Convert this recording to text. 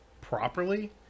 properly